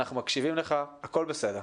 אנחנו מקשיבים לך והכול בסדר.